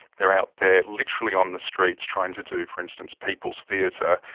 they're out there, literally on the streets, trying to do, for instance, people's theatre,